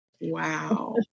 Wow